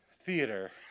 Theater